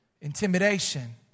intimidation